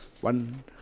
one